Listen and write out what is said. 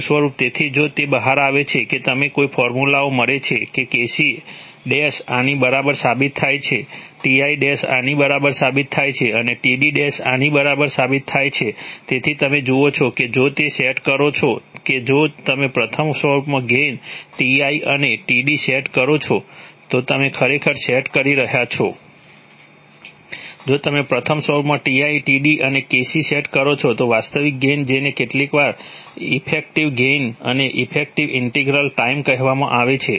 બીજું સ્વરૂપ તેથી જો તે બહાર આવે છે કે તમને એવી ફોર્મ્યુલાઓ મળે છે કે Kc આની બરાબર સાબિત થાય છે Ti આની બરાબર સાબિત થાય છે અને Td આની બરાબર સાબિત થાય છે તેથી તમે જુઓ છો કે જો તમે સેટ કરો છો કે જો તમે પ્રથમ સ્વરૂપમાં ગેઇન Ti અને Td સેટ કરો છો તો તમે ખરેખર સેટ કરી રહ્યા છો જો તમે પ્રથમ સ્વરૂપમાં Ti Td અને Kc સેટ કરો છો તો વાસ્તવિક ગેઇન જેને કેટલીકવાર ઇફેક્ટિવ ગેઇન અને ઇફેક્ટિવ ઈન્ટિગ્રલ ટાઈમ કહેવામાં આવે છે